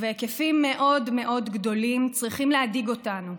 ובהיקפים מאוד מאוד גדולים, צריכים להדאיג אותנו.